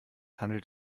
handelt